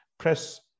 press